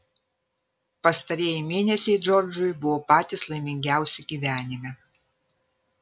pastarieji mėnesiai džordžui buvo patys laimingiausi gyvenime